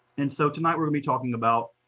and so tonight we're gonna be talking about,